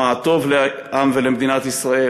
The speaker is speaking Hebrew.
מה הטוב לעם ולמדינת ישראל.